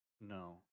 No